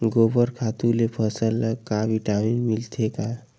गोबर खातु ले फसल ल का विटामिन मिलथे का?